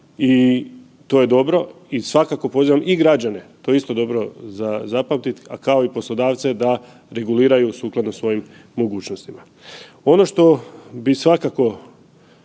i to je dobro i svakako pozivam i građane, to je isto dobro za zapamtiti, a kao i poslodavce da reguliraju sukladno svojim mogućnostima. Ono što bi svakako